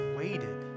waited